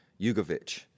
Jugovic